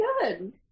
good